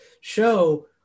show